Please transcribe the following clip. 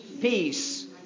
peace